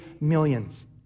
millions